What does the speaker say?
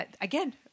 again